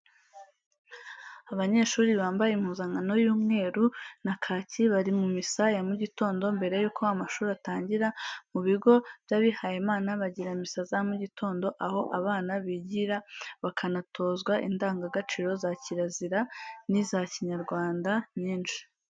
Abanyeshuri bambaye impuzankano y'umweru na kaki bari mu misa ya mu gitondo mbere yuko amashuri atangira, mu bigo by'abihayimana bagira misa za mu gitondo aho abana bigira bakanatozwa indanga gaciro za kiriziya ni za kinyarwanda nyinshi.